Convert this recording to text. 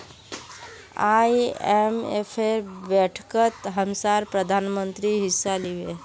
आईएमएफेर बैठकत हमसार प्रधानमंत्री हिस्सा लिबे